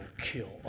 kill